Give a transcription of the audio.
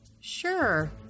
Sure